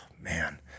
man